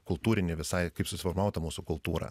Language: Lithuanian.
kultūrinei visai kaip susiformavo ta mūsų kultūra